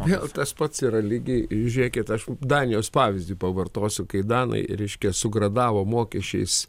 vėl tas pats yra lygiai žiūrėkit aš danijos pavyzdį pavartosiu kai danai reiškia sugradavo mokesčiais